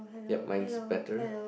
ya mine's better